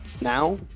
Now